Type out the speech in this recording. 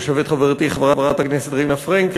יושבת חברתי חברת הכנסת רינה פרנקל,